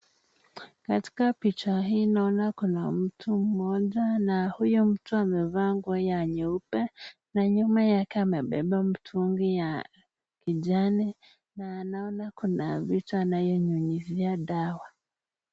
Katika picha hii naona kuna mtu mmoja na huyo mtu amevaa nguo ya nyeupe. Na nyuma yake amebeba mtungi ya kijani na naona kuna vitu anayonyunyizia dawa.